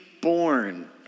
born